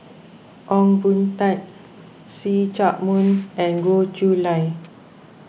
Ong Boon Tat See Chak Mun and Goh Chiew Lye